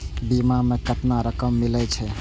बीमा में केतना रकम मिले छै?